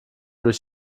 durch